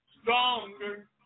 Stronger